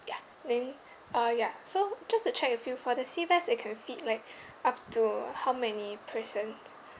ya then uh ya so just to check with you for the sea bass it can feed like up to how many persons